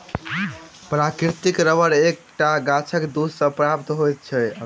प्राकृतिक रबर एक टा गाछक दूध सॅ प्राप्त होइत छै